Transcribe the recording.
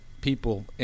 people